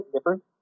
different